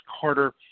Carter